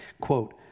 Quote